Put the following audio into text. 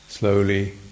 slowly